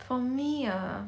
for me ah